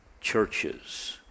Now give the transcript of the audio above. churches